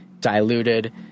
diluted